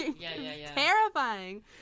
terrifying